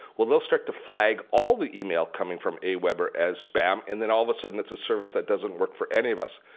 well they'll start to flag all the email coming from aweber as spam and then all of sudden it's a service that doesn't work for any of us.